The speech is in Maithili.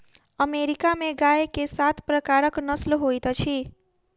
अमेरिका में गाय के सात प्रकारक नस्ल होइत अछि